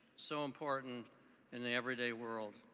so important in the everyday world.